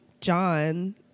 John